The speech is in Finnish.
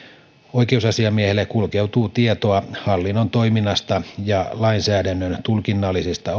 oikeusasiamiehelle kulkeutuu tietoa hallinnon toiminnasta ja lainsäädännön tulkinnallisista